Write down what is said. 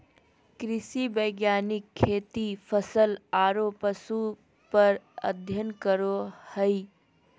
कृषि वैज्ञानिक खेती, फसल आरो पशु पर अध्ययन करो हइ